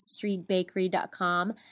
StreetBakery.com